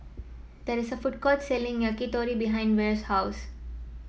there is a food court selling Yakitori behind Vere's house